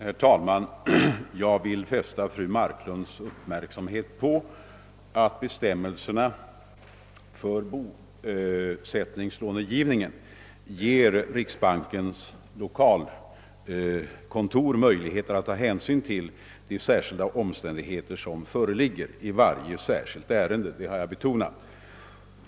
Herr talman! Jag vill fästa fru Marklunds uppmärksamhet på att bestämmelserna för bosättningslånegivningen ger riksbankens lokalkontor möjligheter att ta hänsyn till de speciella omständigheter som föreligger i varje särskilt ärende. Det har jag betonat.